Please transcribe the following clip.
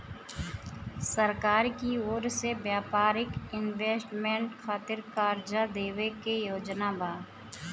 सरकार की ओर से व्यापारिक इन्वेस्टमेंट खातिर कार्जा देवे के योजना बा